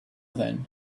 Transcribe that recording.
then